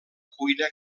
cuina